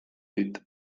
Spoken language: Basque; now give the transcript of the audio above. dit